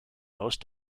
most